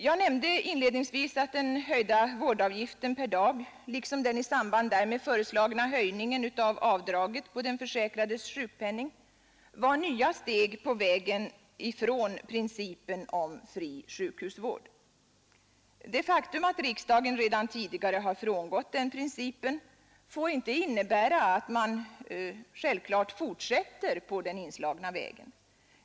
Jag nämnde inledningsvis att den höjda vårdavgiften per dag liksom den i samband därmed föreslagna höjningen av avdraget på den försäkrades sjukpenning var nya steg på vägen ifrån principen om fri sjukhusvård. Det faktum att riksdagen redan tidigare har frångått den principen får inte innebära att man självklart fortsätter på den inslagna vägen.